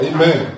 Amen